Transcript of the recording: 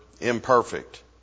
imperfect